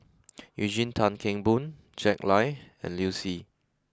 Eugene Tan Kheng Boon Jack Lai and Liu Si